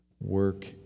work